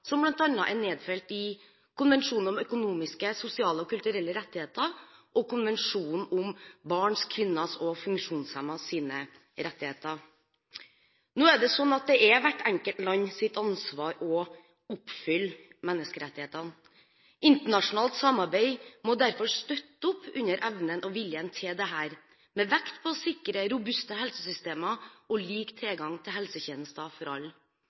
som bl.a. er nedfelt i FNs konvensjon om økonomiske, sosiale og kulturelle rettigheter og i FNs konvensjon om barns, kvinners og funksjonshemmedes rettigheter. Nå er det sånn at det er hvert enkelt lands ansvar å oppfylle menneskerettighetene. Internasjonalt samarbeid må derfor støtte opp under evnen og viljen til dette, med vekt på å sikre robuste helsesystemer og lik tilgang til helsetjenester for alle.